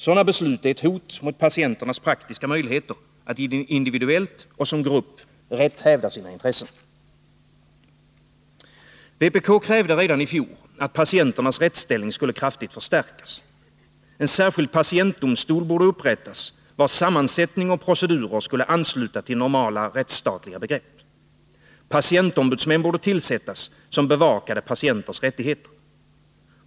Sådana beslut är ett hot mot patienternas praktiska möjligheter att individuellt och som grupp rätt hävda sina intressen. Vpk krävde redan i fjor att patienternas rättsställning skulle kraftigt förstärkas. En särskild patientdomstol borde upprättas, vars sammansättning och procedurer skulle ansluta till normala rättsstatliga begrepp. Patientombudsmän borde tillsättas, som bevakade patienters rättigheter.